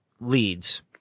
leads